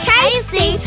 Casey